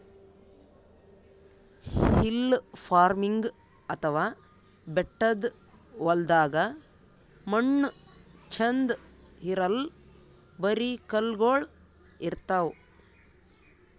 hill farming ಅಥವಾ ಬೆಟ್ಟದ್ ಹೊಲ್ದಾಗ ಮಣ್ಣ್ ಛಂದ್ ಇರಲ್ಲ್ ಬರಿ ಕಲ್ಲಗೋಳ್ ಇರ್ತವ್